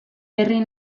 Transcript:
herri